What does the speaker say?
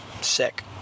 sick